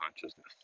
consciousness